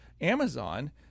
amazon